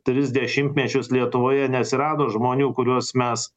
tris dešimtmečius lietuvoje neatsirado žmonių kuriuos mes